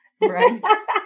Right